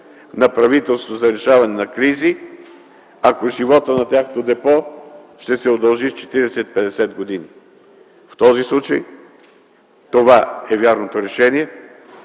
на правителството за решаване на кризи, ако животът на тяхното депо ще се удължи с 40-50 години. В този случай това е вярното решение,